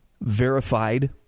verified